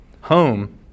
home